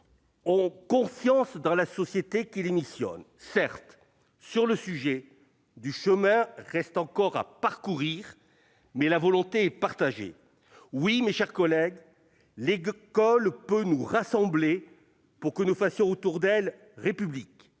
confiance dans la société qui les missionne. Certes du chemin reste encore à parcourir sur le sujet, mais la volonté est partagée. Oui, mes chers collègues, l'école peut nous rassembler, pour que nous fassions autour d'elle République